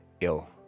ill